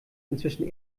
inzwischen